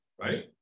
right